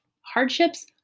hardships